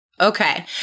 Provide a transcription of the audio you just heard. okay